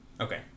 Okay